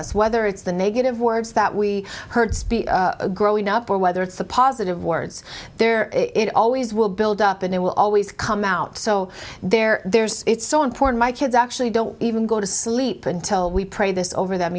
us whether it's the negative words that we heard speak growing up or whether it's the positive words there it always will build up and it will always come out so there there's it's so important my kids actually don't even go to sleep until we pray this over them